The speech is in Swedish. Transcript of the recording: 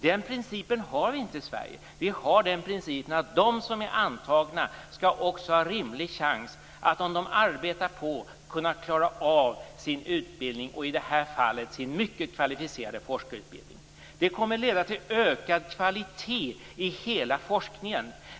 Den principen har inte vi i Sverige, utan vi har principen att de som är antagna också skall ha en rimlig chans att, om de arbetar på, klara av sin utbildning - i det här fallet sin mycket kvalificerade forskarutbildning. Detta kommer att leda till ökad kvalitet i hela forskningen.